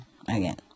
again